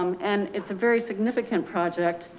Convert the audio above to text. and it's a very significant project.